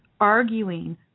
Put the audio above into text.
arguing